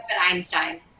Einstein